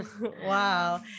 Wow